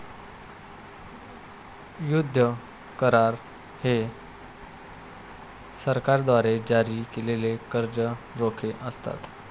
युद्ध करार हे सरकारद्वारे जारी केलेले कर्ज रोखे असतात